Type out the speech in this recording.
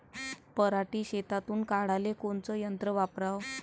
पराटी शेतातुन काढाले कोनचं यंत्र वापराव?